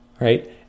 right